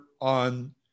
on